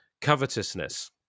covetousness